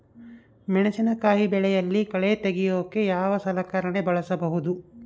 ಮೆಣಸಿನಕಾಯಿ ಬೆಳೆಯಲ್ಲಿ ಕಳೆ ತೆಗಿಯೋಕೆ ಯಾವ ಸಲಕರಣೆ ಬಳಸಬಹುದು?